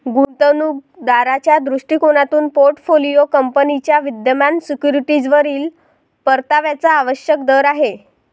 गुंतवणूक दाराच्या दृष्टिकोनातून पोर्टफोलिओ कंपनीच्या विद्यमान सिक्युरिटीजवरील परताव्याचा आवश्यक दर आहे